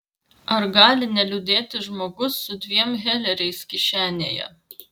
ar gali neliūdėti žmogus su dviem heleriais kišenėje